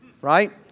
Right